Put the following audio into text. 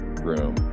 room